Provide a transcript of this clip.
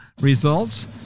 results